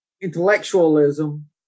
intellectualism